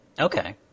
Okay